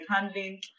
handling